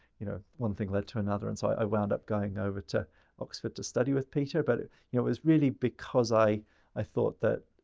you know, one thing led to another. and so, i wound up going over to oxford to study with peter. but, you know, it was really because i i thought that,